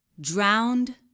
Drowned